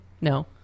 No